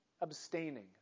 abstaining